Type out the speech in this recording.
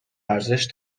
ارزش